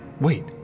wait